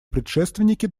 предшественники